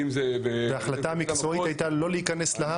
אם זה --- ההחלטה המקצועית הייתה לא להיכנס להר?